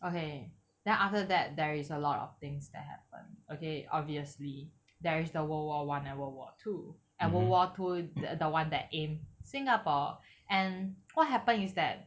okay then after that there is a lot of things that happen okay obviously there is the world war one and world war two and world war two that the one that aim singapore and what happened is that